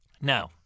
No